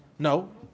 No